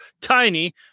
tiny